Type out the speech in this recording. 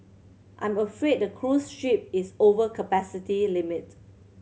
I'm afraid the cruise ship is over capacity limit